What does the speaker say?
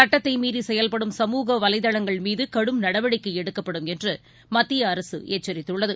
சட்டத்தைமீறிசெயல்படும் சமுக வலைதளங்கள் மீககும் நடவடிக்கைஎடுக்கப்படும் என்றுமத்தியஅரசுஎச்சரித்துள்ளது